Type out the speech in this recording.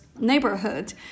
neighborhood